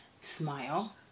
smile